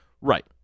Right